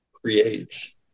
creates